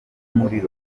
muri